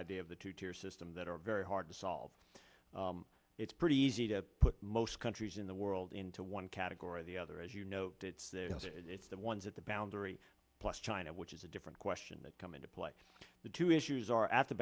idea of the two tier system that are very hard to solve it's pretty easy to put most countries in the world into one category or the other as you know it's there it's the ones at the boundary plus china which is a different question that come into play the two issues are at the